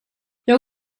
jag